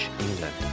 England